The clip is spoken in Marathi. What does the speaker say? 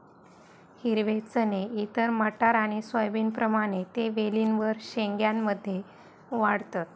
हिरवे चणे इतर मटार आणि सोयाबीनप्रमाणे ते वेलींवर शेंग्या मध्ये वाढतत